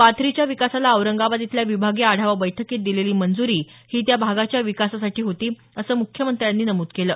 पाथरीच्या विकासाला औरंगाबाद इथल्या विभागीय आढावा बैठकीत दिलेली मंजूरी ही त्या भागाच्या विकासासाठी होती असं मुख्यमंत्र्यांनी नमूद केलं